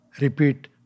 repeat